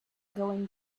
going